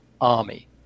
army